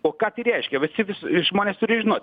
o ką tai reiškia visi vis žmonės turi žinot